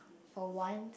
for one